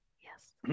Yes